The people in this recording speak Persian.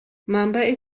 منبع